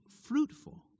fruitful